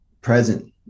present